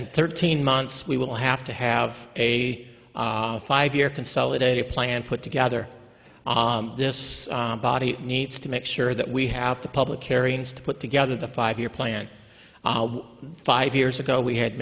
in thirteen months we will have to have a five year consolidated plan put together this body needs to make sure that we have the public areas to put together the five year plan five years ago we had